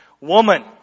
Woman